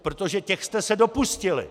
Protože těch jste se dopustili!